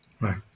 Right